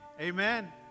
Amen